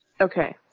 Okay